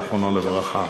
זיכרונו לברכה.